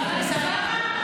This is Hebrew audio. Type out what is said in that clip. סבבה?